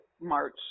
march